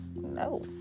no